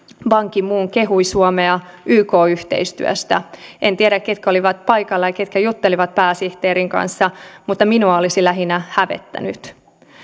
ban ki moon kehui suomea yk yhteistyöstä en tiedä ketkä olivat paikalla ja ketkä juttelivat pääsihteerin kanssa mutta minua olisi lähinnä hävettänyt